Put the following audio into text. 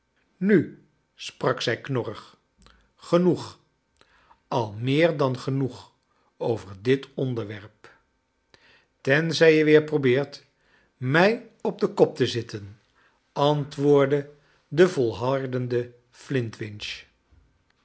nu m sprak zij knorrig genoeg al meer dan genoeg over dit onderwerp tenzrj je weer probeert mij op den kop te zitten antwoordde de volhardende